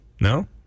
No